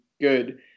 good